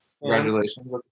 congratulations